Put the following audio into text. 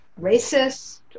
racist